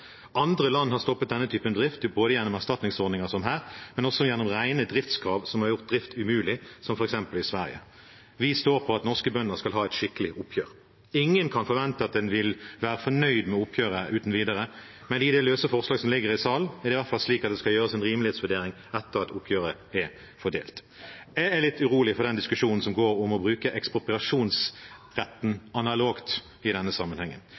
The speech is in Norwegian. Andre land har stoppet denne typen drift både gjennom erstatningsordninger som her, men også gjennom rene driftskrav som har gjort drift umulig, som f.eks. i Sverige. Vi står på at norske bønder skal ha et skikkelig oppgjør. Ingen kan forvente at en vil være fornøyd med oppgjøret uten videre, men i forslag nr. 15, som ligger i salen, er det i alle fall slik at det skal gjøres en rimelighetsvurdering etter at oppgjøret er fordelt. Jeg er litt urolig for den diskusjonen som går om å bruke ekspropriasjonsretten analogt i denne sammenhengen.